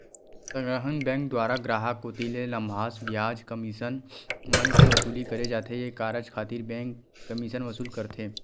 संग्रहन बेंक दुवारा गराहक कोती ले लाभांस, बियाज, कमीसन मन के वसूली करे जाथे ये कारज खातिर बेंक कमीसन वसूल करथे